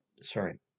sorry